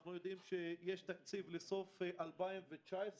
אנחנו יודעים שיש תקציב לסוף 2019,